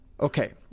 Okay